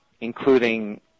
including